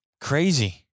Crazy